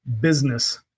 business